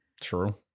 true